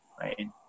right